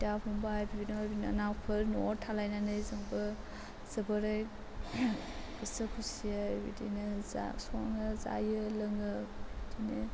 बिदा फंबाय बिब' बिनानावफोर न'आव थालायनानै जोंबो जोबोरै गोसो खुसियै बिदिनो सङो जायो लोङो बिदिनो